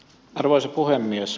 arvoisa puhemies